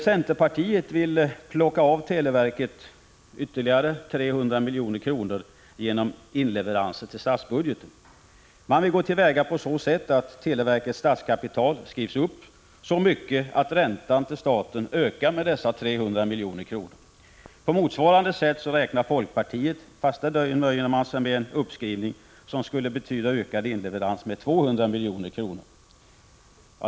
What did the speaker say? Centerpartiet vill ”plocka av” televerket ytterligare 300 milj.kr. genom inleverans till statsbudgeten. Man vill gå till väga på så sätt att televerkets statskapital skrivs upp så mycket att räntan till staten ökar med dessa 300 milj.kr. På motsvarande sätt räknar folkpartiet, fast man där nöjer sig med en uppskrivning som skulle betyda ökad inleverans med 200 milj.kr.